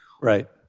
Right